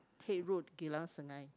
Haig-Road Geylang-Serai